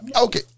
Okay